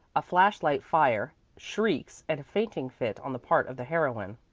a flash-light fire, shrieks and a fainting fit on the part of the heroine,